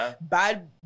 bad